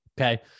okay